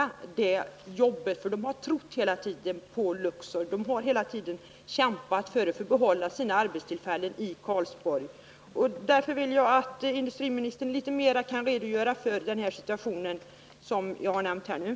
De anställda har hela tiden trott på Luxor och kämpat för att få behålla sina arbetstillfällen i Karlsborg. Jag skulle vilja att industriministern något utförligare redogjorde för den situation som jag här har beskrivit.